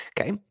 Okay